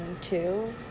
two